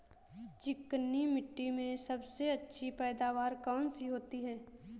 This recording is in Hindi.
चिकनी मिट्टी में सबसे अच्छी पैदावार कौन सी होती हैं?